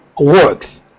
works